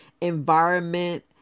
environment